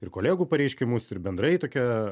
ir kolegų pareiškimus ir bendrai tokią